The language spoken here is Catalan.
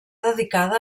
dedicada